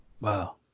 Wow